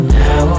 now